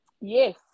Yes